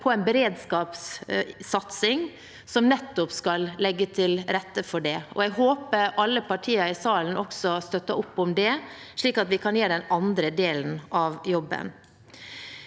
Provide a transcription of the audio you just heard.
for en beredskapssatsing som nettopp skal legge til rette for det. Jeg håper alle partier i salen også støtter opp om det, slik at vi kan gjøre den andre delen av jobben.